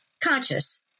conscious